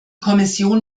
kommission